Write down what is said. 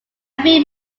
few